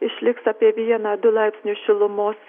išliks apie vieną du laipsnius šilumos